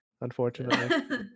unfortunately